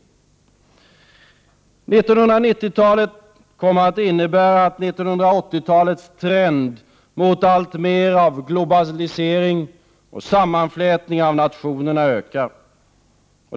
1990-talet kommer att innebära att 1980-talets trend mot allt mer av globalisering och sammanflätning av nationerna ökar.